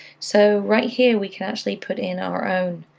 so right here, we can actually put in our own,